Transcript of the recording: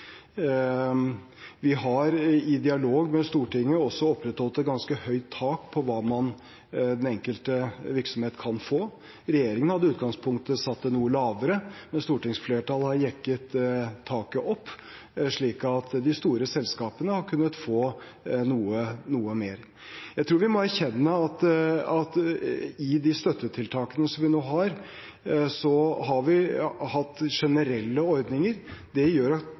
Vi har i dialog med Stortinget også opprettholdt et ganske høyt tak på hva den enkelte virksomhet kan få. Regjeringen hadde i utgangspunktet satt det noe lavere, men stortingsflertallet har jekket taket opp, slik at de store selskapene har kunnet få noe mer. Jeg tror vi må erkjenne at i de støttetiltakene som vi nå har, har vi hatt generelle ordninger. Det gjør at